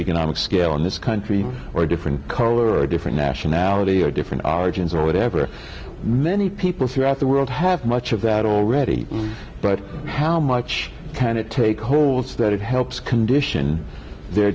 economic scale in this country or a different color or a different nationality or different regions or whatever many people throughout the world have much of that already but how much can it take holds that helps condition their